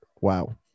Wow